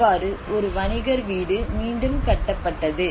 இவ்வாறு ஒரு வணிகர் வீடு மீண்டும் கட்டப்பட்டது